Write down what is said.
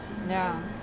ya